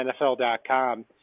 NFL.com